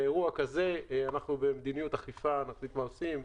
באירוע כזה אנחנו במדיניות אכיפה, נחליט מה עושים.